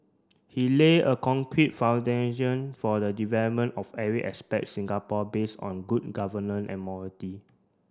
he lay a concrete foundation for the development of every aspect Singapore based on good governance and morality